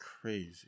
crazy